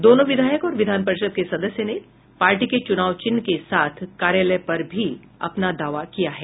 दोनों विधायक और विधान परिषद के सदस्य ने पार्टी के चुनाव चिन्ह के साथ कार्यालय पर भी अपना दावा किया है